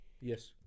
Yes